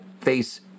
face